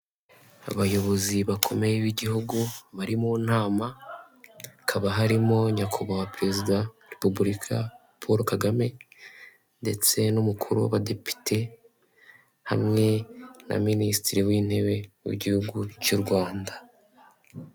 Abayobozi bakomeye b'igihugu bari mu nama, hakaba harimo Nyakubahwa Perezida wa Repubulika, Paul Kagame, ndetse n'umukuru w'abadepite, hamwe na minisitire w'intebe w'igihugu cy'u Rwanda.